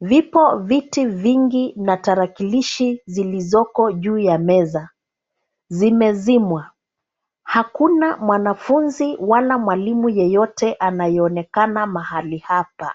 vipo viti vingi na tarakilishi zilizoko juu ya meza, zimezimwa. Hakuna mwanafunzi wala mwalimu yeyote anayeonekana mahali hapa.